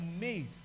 made